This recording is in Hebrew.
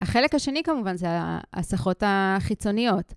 החלק השני כמובן זה ההסחות החיצוניות.